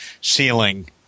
ceiling